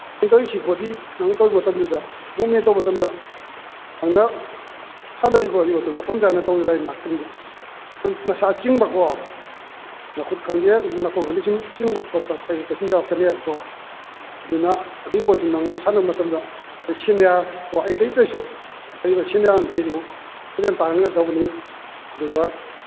ꯅꯣꯏ ꯁꯤ ꯕꯣꯗꯤ ꯅꯣꯏ ꯇꯧꯋꯤ ꯃꯇꯝꯗꯨꯗ ꯃꯨꯞꯃꯦꯟ ꯇꯧ ꯃꯇꯝꯗ ꯅꯪꯅ ꯁꯥꯟꯅꯔꯤꯕ ꯌꯣꯠꯇꯨ ꯃꯐꯝ ꯆꯥꯅ ꯇꯧꯗ ꯇꯥꯔꯗꯤ ꯉꯥꯛꯇꯪ ꯅꯪ ꯅꯁꯥ ꯆꯤꯡꯕꯀꯣ ꯅꯈꯨꯠ ꯈꯪꯗꯦ ꯅꯈꯣꯡ ꯈꯪꯗꯦ ꯁꯨꯝ ꯆꯤꯡꯕ ꯈꯣꯠꯄ ꯄꯩꯔꯛꯄꯁꯨ ꯌꯥꯎꯔꯛꯀꯅꯤꯕꯀꯣ ꯑꯗꯨꯅ ꯑꯗꯨꯒꯤ ꯄꯣꯠꯇꯨ ꯅꯪꯅ ꯁꯥꯟꯅꯕ ꯃꯇꯝꯗ ꯅꯣꯏ ꯁꯤꯅꯤꯌꯥꯔꯀꯣ ꯑꯩ ꯂꯩꯇꯁꯨ ꯂꯩꯕ ꯁꯤꯅꯤꯌꯥꯔ ꯃꯈꯩꯗꯨ ꯇꯥꯟꯅꯔꯒ ꯇꯧꯒꯗꯝꯅꯤ ꯑꯗꯨꯒ